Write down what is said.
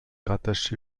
rattaché